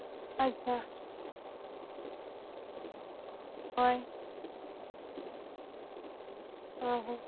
ᱟᱪᱪᱷᱟ ᱦᱳᱭ ᱦᱮᱸ ᱦᱮᱸ